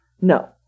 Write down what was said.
No